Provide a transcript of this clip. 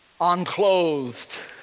unclothed